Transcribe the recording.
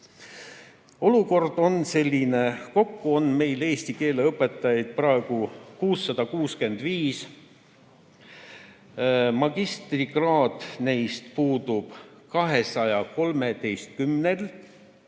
Olukord on selline, et kokku on meil eesti keele õpetajaid praegu 665. Magistrikraad neist puudub 213‑l.